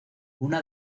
una